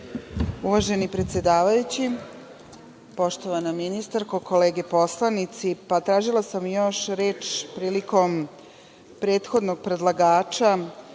Uvaženi predsedavajući, poštovana ministarko, kolege poslanici, pa, tražila sam još reč prilikom prethodnog predlagača